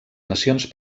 nacions